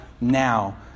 now